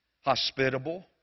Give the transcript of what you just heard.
hospitable